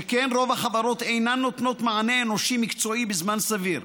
שכן רוב החברות אינן נותנות מענה אנושי מקצועי בזמן סביר.